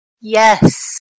Yes